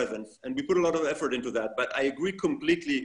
אני אגיד בזום שיש לנו מלחמה ונלחמנו בה כמה עשרות שנים,